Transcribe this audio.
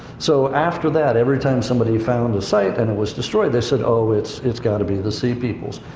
so after that, every time somebody found a site and it was destroyed, they said, oh, it's, it's got to be the sea peoples.